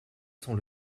sans